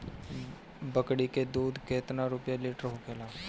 बकड़ी के दूध केतना रुपया लीटर होखेला?